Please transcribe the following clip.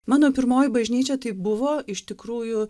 mano pirmoji bažnyčia tai buvo iš tikrųjų